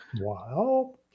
Wow